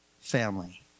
family